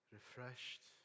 refreshed